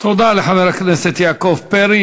תודה לחבר הכנסת יעקב פרי.